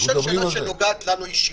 אני אשאל שאלה שנוגעת לנו ישירות.